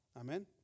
Amen